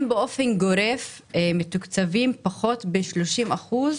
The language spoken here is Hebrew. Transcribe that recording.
הם באופן גורף מתוקצבים ב-30 אחוזים